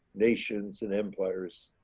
nations and empires,